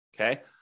okay